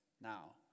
now